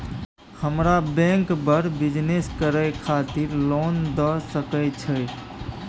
हमरा बैंक बर बिजनेस करे खातिर लोन दय सके छै?